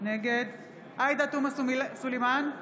נגד עאידה תומא סלימאן,